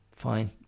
fine